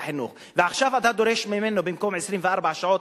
החינוך ועכשיו אתה דורש ממנו במקום 24 שעות,